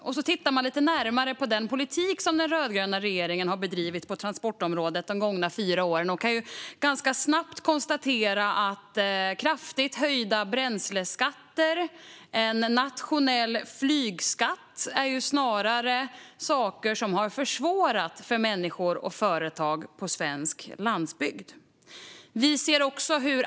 När man tittar lite närmare på den politik som den rödgröna regeringen har fört på transportområdet de gångna fyra åren kan man ganska snabbt konstatera att kraftigt höjda bränsleskatter och en nationell flygskatt snarare är saker som har försvårat för människor och företag på svensk landsbygd.